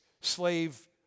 slave